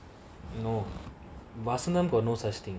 no washington for no such thing